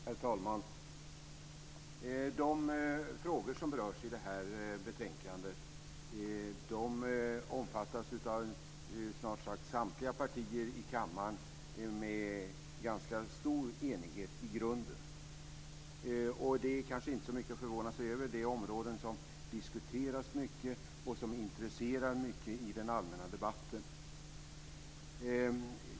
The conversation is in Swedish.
Herr talman! De frågor som berörs i betänkandet omfattas av snart sagt samtliga partier i denna kammare, med en i grunden ganska stor enighet. Det är kanske inte så mycket att förvånas över eftersom det är områden som diskuteras mycket och som intresserar mycket i den allmänna debatten.